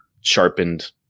sharpened